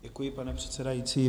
Děkuji, pane předsedající.